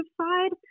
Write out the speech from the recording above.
side